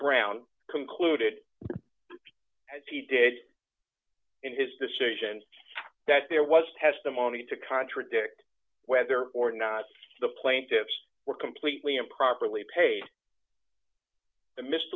brown concluded as he did in his decision that there was testimony to contradict whether or not the plaintiffs were completely improperly paid the midst